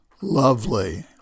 Lovely